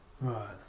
Right